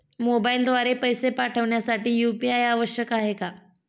मोबाईलद्वारे पैसे पाठवण्यासाठी यू.पी.आय आवश्यक आहे का?